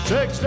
Six